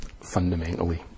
fundamentally